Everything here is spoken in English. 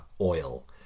Oil